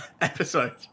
episode